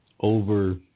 over